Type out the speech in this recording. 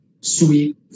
sweet